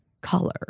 color